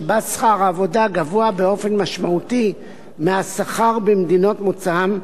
שבה שכר העבודה גבוה באופן משמעותי מהשכר במדינות מוצאם,